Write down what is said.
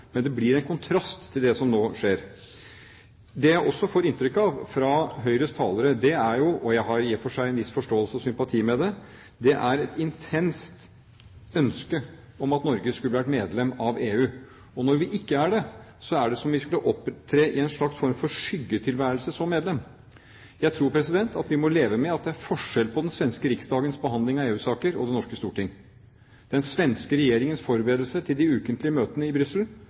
men det blir en kontrast til det som nå skjer. Det jeg også får inntrykk av fra Høyres talere, og jeg har i og for seg en viss forståelse for og sympati med det, er et intenst ønske om at Norge skulle vært medlem av EU. Når vi ikke er det, er det som om vi skulle opptre i en slags form for tilværelse som skyggemedlem. Jeg tror at vi må leve med at det er forskjell på den svenske riksdagens behandling av EU-saker og det norske stortings, den svenske regjeringens forberedelser til de ukentlige møtene i Brussel